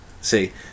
See